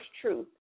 truth